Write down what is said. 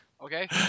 Okay